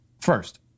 First